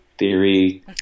theory